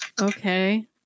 okay